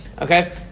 okay